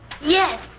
Yes